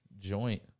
joint